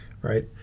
right